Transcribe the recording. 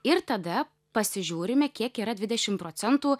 ir tada pasižiūrime kiek yra dvidešim procentų